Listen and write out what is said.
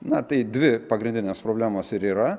na tai dvi pagrindinės problemos ir yra